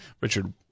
Richard